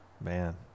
Man